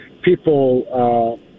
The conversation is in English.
people